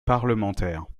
parlementaire